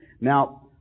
Now